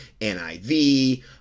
NIV